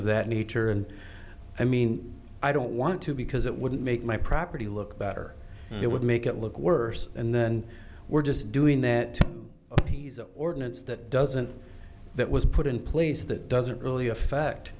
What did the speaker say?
nature and i mean i don't want to because it wouldn't make my property look better it would make it look worse and then we're just doing that to appease an ordinance that doesn't that was put in place that doesn't really affect